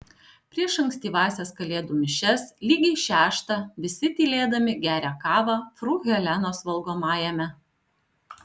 prieš ankstyvąsias kalėdų mišias lygiai šeštą visi tylėdami geria kavą fru helenos valgomajame